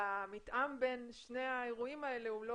המתאם בין שני האירועים האלה לא